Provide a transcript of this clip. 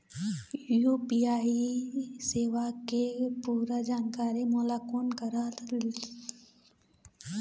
UPI सेवा के पूरा जानकारी मोला कोन करा से मिल सकही?